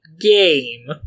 game